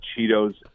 cheetos